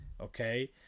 Okay